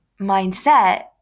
mindset